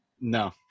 No